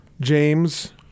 James